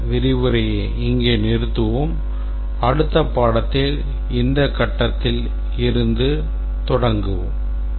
இந்த விரிவுரையை இங்கே நிறுத்துவோம் அடுத்த பாடத்தில் இந்த கட்டத்தில் இருந்து தொடருவோம்